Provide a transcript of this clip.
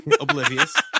oblivious